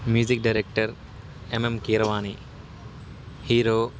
music director MM Keeravani hero